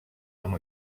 amb